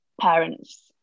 parents